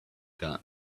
gun